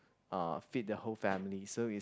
uh feed the whole family so it